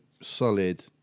solid